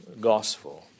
gospel